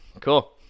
Cool